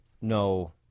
no